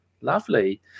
Lovely